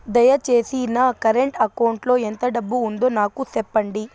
దయచేసి నా current account లో ఎంత డబ్బు ఉందో నాకు సెప్పండి